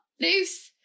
loose